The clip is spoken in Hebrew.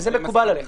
זה מקובל עליך.